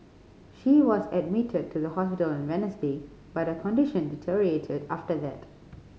she was admitted to the hospital on Wednesday but her condition deteriorated after that